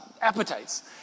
appetites